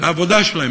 לעבודה שלהם.